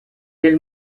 del